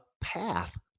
path